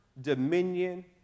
dominion